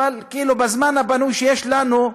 אבל כאילו בזמן הפנוי שיש לנו,